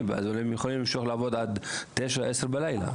ואז הם יכולים למשוך ולעבוד עד 21:00 או 22:00?